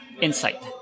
insight